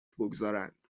بگذارند